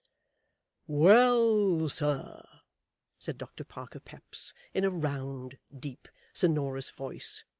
well, sir said doctor parker peps in a round, deep, sonorous voice,